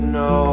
no